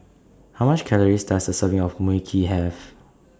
How much Calories Does A Serving of Mui Kee Have